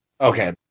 Okay